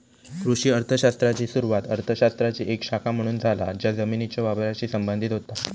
कृषी अर्थ शास्त्राची सुरुवात अर्थ शास्त्राची एक शाखा म्हणून झाला ज्या जमिनीच्यो वापराशी संबंधित होता